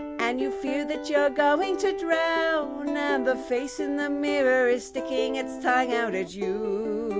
and you fear that you're going to drown, and the face in the mirror is sticking its tongue out at you,